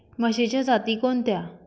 म्हशीच्या जाती कोणत्या?